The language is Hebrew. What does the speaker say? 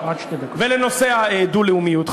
ולנושא הדו-לאומיות.